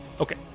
Okay